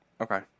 okay